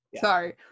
Sorry